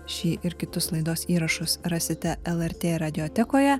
šį ir kitus laidos įrašus rasite lrt radiotekoje